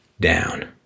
down